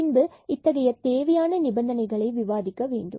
பின்பு மீண்டும் இத்தகைய தேவையான நிபந்தனைகளை விவாதிக்க வேண்டும்